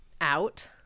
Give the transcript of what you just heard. out